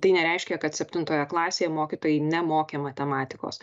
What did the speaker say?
tai nereiškia kad septintoje klasėje mokytojai nemokė matematikos